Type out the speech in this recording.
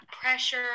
pressure